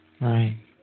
Right